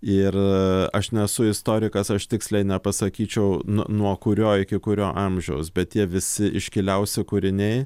ir aš nesu istorikas aš tiksliai nepasakyčiau nuo kurio iki kurio amžiaus bet tie visi iškiliausi kūriniai